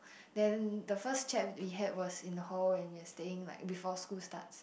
then the first chat we had was in hall when we are staying like before school starts